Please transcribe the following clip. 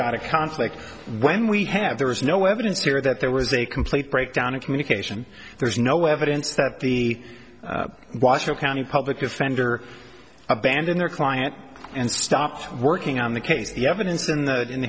got a conflict when we have there is no evidence here that there was a complete breakdown in communication there's no evidence that the washoe county public defender abandoned their client and stopped working on the case the evidence in that in